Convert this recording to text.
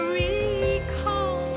recall